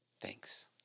Thanks